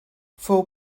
fou